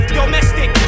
domestic